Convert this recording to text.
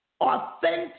authentic